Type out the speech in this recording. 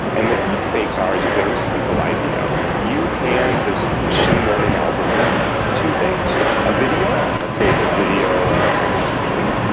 and what deep fakes are is a very simple idea. idea. you hand this machine learning algorithm two things a video, let's say it's a video of somebody speaking,